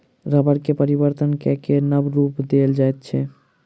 रबड़ के परिवर्तन कय के नब रूप देल जाइत अछि